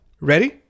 Ready